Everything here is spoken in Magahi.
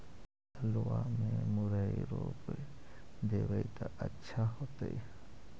आलुआ में मुरई रोप देबई त अच्छा होतई?